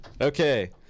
Okay